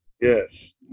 Yes